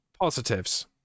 Positives